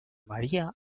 maría